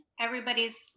Everybody's